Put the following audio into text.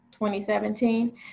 2017